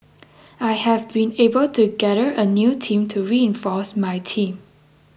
I have been able to gather a new team to reinforce my team